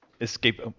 escape